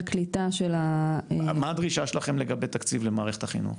על קליטה של ה --- מה הדרישה שלכם לגבי התקציב למערכת החינוך?